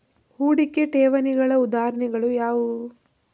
ಹೂಡಿಕೆ ಠೇವಣಿಗಳ ಉದಾಹರಣೆಗಳು ಯಾವುವು?